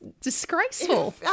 disgraceful